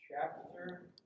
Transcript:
chapter